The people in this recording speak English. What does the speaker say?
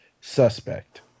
suspect